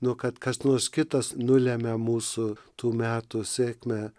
nu kad kas nors kitas nulemia mūsų tų metų sėkmę